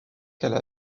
qu’elle